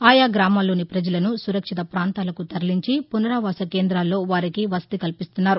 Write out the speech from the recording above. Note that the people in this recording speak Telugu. ఆయా గ్రామాల్లోని ప్రజలను సురక్షిత ప్రాంతాలకు తరలించి పుసరావాస కేంద్రాల్లో వారికి వసతి కల్పిస్తున్నారు